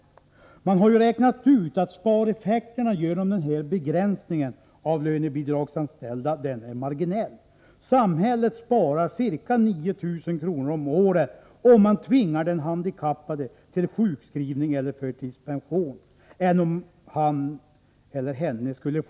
Man har ju räknat ut att spareffekterna av begränsningen i antalet lönebidragsanställda är marginell. Samhället sparar ca 9 000 kr. om året, om man tvingar den handikappade till sjukskrivning eller förtidspension i stället för att ge honom eller henne en anställning.